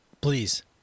Please